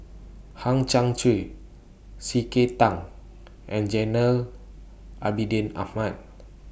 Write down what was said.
Hang Chang Chieh C K Tang and Jainal Abidin Ahmad